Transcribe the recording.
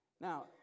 Now